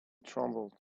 trembled